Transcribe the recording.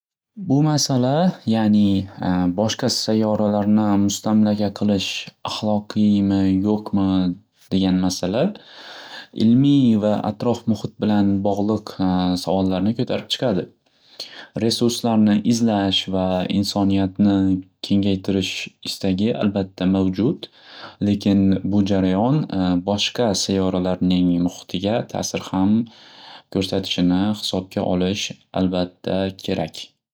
Bu masala ya'ni boshqa sayyoralarni mustamlaka qilish ahloqiymi-yo'qmi degan masala ilmiy va atrof muhit bilan bog'liq savollarni ko'tarib chiqadi. Resurslarni izlash va insoniyatni kengaytirish istagi albatta mavjud. Lekin bu jarayon boshqa sayyoralarning muhitiga ta'sir ham ko'rsatishini hisobga olish albatta kerak.